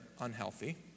unhealthy